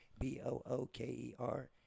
B-O-O-K-E-R